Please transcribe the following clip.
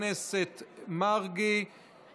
יש שם הרי את